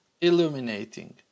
illuminating